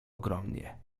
ogromnie